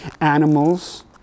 animals